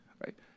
right